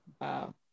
wow